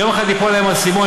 יום אחד ייפול להם אסימון,